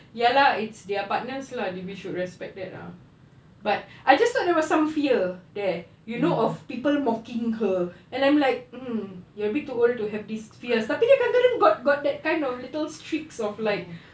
ya lah it's their partners lah we should respect that ah but I just thought there was some fear there you know of people mocking her and I'm like um you a bit too old to have this fear tapi dia kadang-kadang got got that kind of little streaks of like